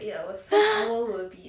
!huh!